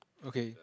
okay